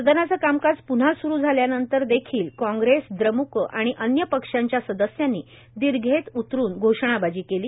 सदनाचं कामकाज पून्हा सुरू झाल्यानंतर देखील कांग्रेस द्रमूक आणि अन्य पक्षांच्या सदस्यांनी दीर्घेत उतरूण घोषणाबाजी केली